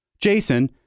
Jason